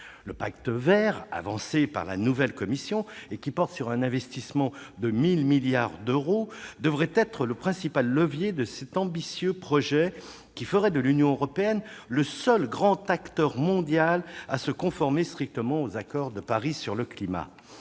Le Pacte vert présenté par la nouvelle Commission, qui porte sur un investissement de 1 000 milliards d'euros, devrait être le principal levier de cet ambitieux projet qui ferait de l'Union européenne le seul grand acteur mondial à se conformer strictement aux accords de Paris sur le climat.